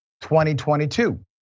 2022